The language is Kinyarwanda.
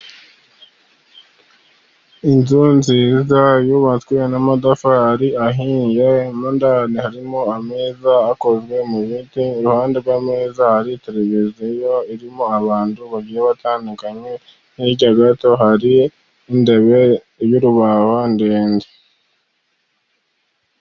Inzu nziza yubatswe n'amatafari ahiye, mo ndani harimo ameza akozwe mu biti, iruhande rw'ameza hari televiziyo irimo abantu bagiye batandukanye, hirya gato hari intebe y'urubaho ndende.